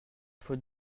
faute